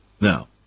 Now